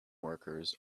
workers